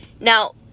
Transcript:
now